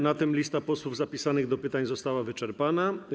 Na tym lista posłów zapisanych do pytań została wyczerpana.